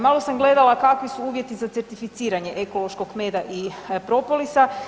Malo sam gledala kakvi su uvjeti za certificiranje ekološkog meda i propolisa.